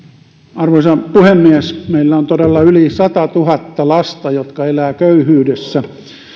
arvoisa puhemies meillä on todella yli satatuhatta lasta jotka elävät köyhyydessä